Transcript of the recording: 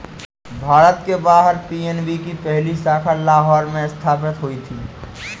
भारत के बाहर पी.एन.बी की पहली शाखा लाहौर में स्थापित हुई थी